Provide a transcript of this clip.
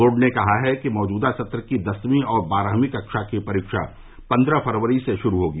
board ने कहा है कि मौजूदा सत्र की दसवीं और बारहवीं कक्षा की परीक्षा पन्द्रह फरवरी से गुरू होगी